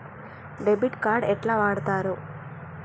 Debit card ఎట్లా వాడుతరు?